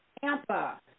Tampa